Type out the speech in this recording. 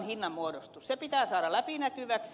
se pitää saada läpinäkyväksi